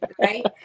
right